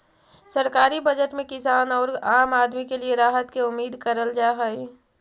सरकारी बजट में किसान औउर आम आदमी के लिए राहत के उम्मीद करल जा हई